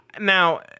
Now